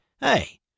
Hey